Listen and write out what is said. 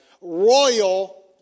Royal